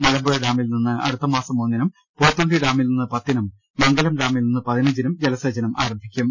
മലമ്പുഴ ഡാമിൽ നിന്ന് അടുത്തമാസം ഒന്നിനും പോത്തുണ്ടി ഡാമിൽ നിന്ന് പത്തിനും മംഗലം ഡാമിൽ നിന്ന് പതിനഞ്ചിനും ജലസേചനം ആരംഭിക്കും